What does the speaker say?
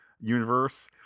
universe